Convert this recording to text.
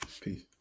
peace